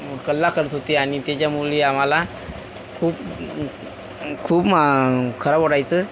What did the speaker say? कल्ला करत होते आणि त्याच्यामुळे आम्हाला खूप खूप खराब वाटायचं